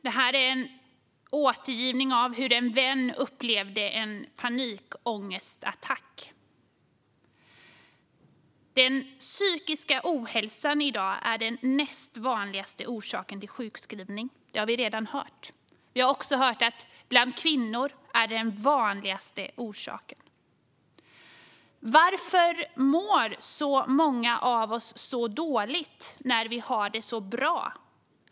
Det här är en återgivning av hur en vän upplevde en panikångestattack. Psykisk ohälsa är i dag den näst vanligaste orsaken till sjukskrivning. Det har vi redan hört här. Vi har också hört att det bland kvinnor är den vanligaste orsaken. Varför mår vi så dåligt när vi har det så bra?